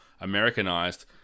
Americanized